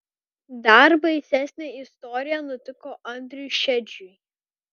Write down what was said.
dar baisesnė istorija nutiko andriui šedžiui